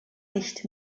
nicht